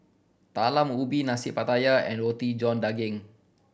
Talam Ubi Nasi Pattaya and Roti John Daging